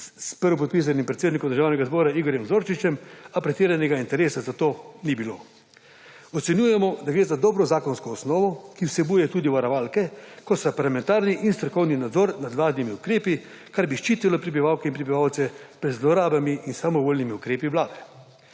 s prvopodpisanim predsednikom Državnega zbora Igorjem Zorčičem, a pretiranega interesa za to ni bilo. Ocenjujemo, da gre za dobro zakonsko osnovo, ki vsebuje tudi varovalke, kot sta parlamentarni in strokovni nadzor nad vladnimi ukrepi, kar bi ščitilo prebivalke in prebivalce pred zlorabami in samovoljnimi ukrepi vlade.